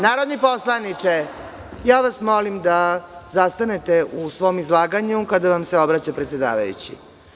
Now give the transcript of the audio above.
Narodni poslaniče, molim vas da zastanete u svom izlaganju kada vam se obraća predsedavajući.